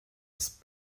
ist